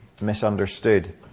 misunderstood